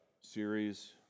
series